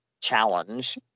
challenge